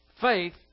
Faith